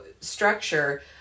structure